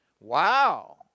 Wow